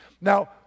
Now